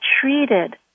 treated